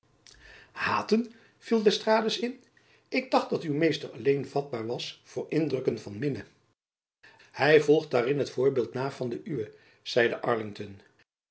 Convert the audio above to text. haten viel d'estrades in ik dacht dat uw meester alleen vatbaar was voor indrukken van minne jacob van lennep elizabeth musch hy volgt daarin het voorbeeld na van den uwe zeide arlington